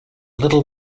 little